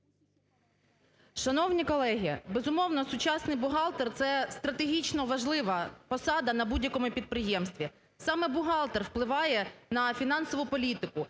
Шановні колеги, безумовно, сучасний бухгалтер це стратегічно важлива посада на будь-якому підприємстві. Саме бухгалтер впливає на фінансову політику,